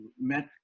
met